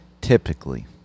Typically